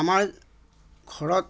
আমাৰ ঘৰত